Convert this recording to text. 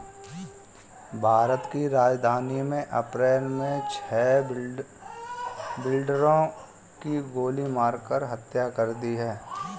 भारत की राजधानी में अप्रैल मे छह बिल्डरों की गोली मारकर हत्या कर दी है